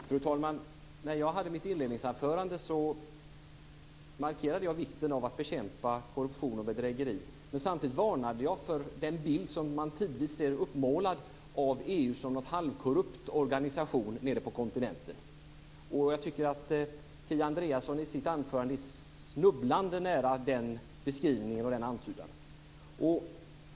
Fru talman! När jag höll mitt inledningsanförande markerade jag vikten av att bekämpa korruption och bedrägeri. Men samtidigt varnade jag för den bild som man tidvis ser uppmålad av EU som någon halvkorrupt organisation nere på kontinenten. Jag tycker att Kia Andreasson i sitt anförande är snubblande nära den beskrivningen och den antydan.